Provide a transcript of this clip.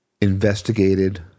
investigated